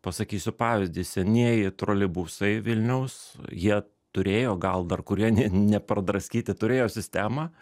pasakysiu pavyzdį senieji troleibusai vilniaus jie turėjo gal dar kurie ne nepradraskyti turėjo sistemą